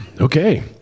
Okay